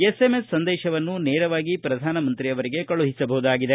SMS ಸಂದೇಶವನ್ನು ನೇರವಾಗಿ ಪ್ರಧಾನಮಂತ್ರಿಗಳಿಗೆ ಕಳುಹಿಸಬಹುದಾಗಿದೆ